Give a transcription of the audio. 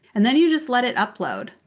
and then you just let it upload.